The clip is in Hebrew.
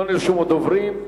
לא נרשמו דוברים.